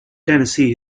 tennessee